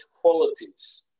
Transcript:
qualities